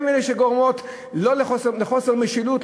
אלה הן שגורמות לחוסר משילות,